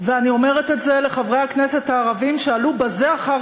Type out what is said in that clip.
ואני אומרת את זה לחברי הכנסת הערבים שעלו בזה אחרי